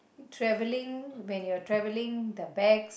traveling when you are traveling the bag